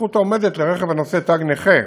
שהזכות העומדת לרכב הנושא תג נכה